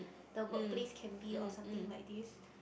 the workplace can be or something like this